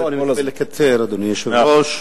אדוני היושב-ראש,